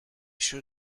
sure